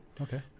Okay